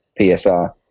PSR